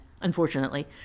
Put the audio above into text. unfortunately